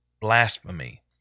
blasphemy